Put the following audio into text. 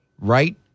Right